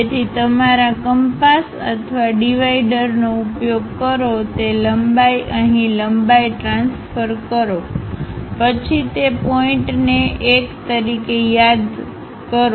તેથી તમારા કંપાસ અથવા ડિવાઇડરનો ઉપયોગ કરો કે તે લંબાઈ અહીં લંબાઈ ટ્રાન્સફર કરો પછી તે પોઇન્ટને 1 તરીકે યાદcકરો